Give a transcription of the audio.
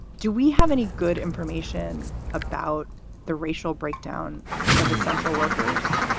do we have any good information about the racial breakdown of essential workers?